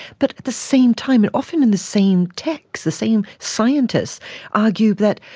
but at the same time and often in the same texts, the same scientists argue that,